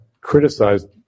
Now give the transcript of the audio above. criticized